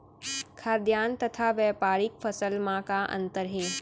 खाद्यान्न तथा व्यापारिक फसल मा का अंतर हे?